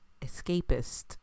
escapist